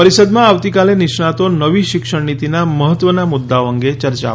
પરિષદમાં આવતીકાલે નિષ્ણાંતો નવી શિક્ષણ નીતિના મહત્વના મુદ્દાઓ અંગે ચર્ચા કરશે